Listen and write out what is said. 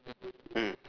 mm